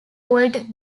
old